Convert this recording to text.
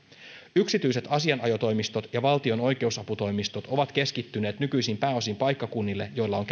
yksityiset asianajotoimistot ja valtion oikeusaputoimistot ovat keskittyneet nykyisin pääosin paikkakunnille joilla on